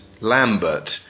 Lambert